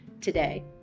today